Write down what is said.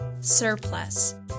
surplus